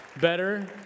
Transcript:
Better